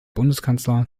bundeskanzler